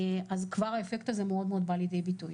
אז כבר האפקט הזה מאוד מאוד בא לידי ביטוי.